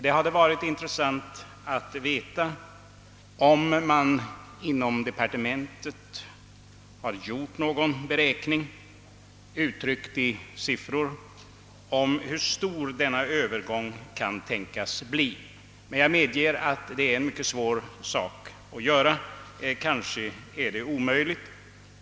Det hade varit intressant att få veta om det inom departementet gjorts någon beräkning, uttryckt i siffror, rörande storleken av denna väntade övergång. Jag medger emellertid att det är mycket svårt att göra en sådan beräkning — kanske är det omöjligt.